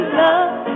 love